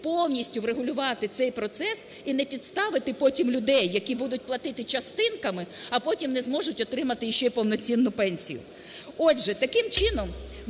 повністю врегулювати цей процес і не підставити потім людей, які будуть платити частинками, а потім не зможуть отримати ще й повноцінну пенсію. Отже, таким чином,